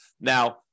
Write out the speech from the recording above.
Now